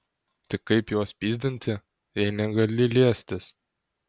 tai kaip juos pyzdinti jei negali liestis